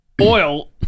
oil